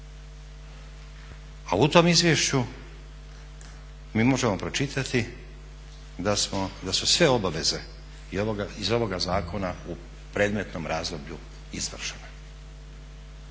a u tom izvješću mi možemo pročitati da su sve obaveze iz ovoga zakona u predmetnom razdoblju izvršene.